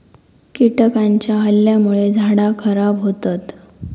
कीटकांच्या हल्ल्यामुळे झाडा खराब होतत